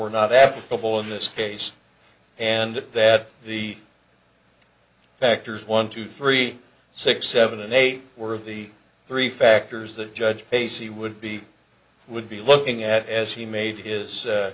were not applicable in this case and that the factors one two three six seven and eight were the three factors that judge casey would be would be looking at as he made his